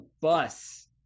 bus